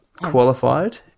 qualified